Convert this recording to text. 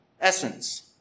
essence